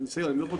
אני אדבר.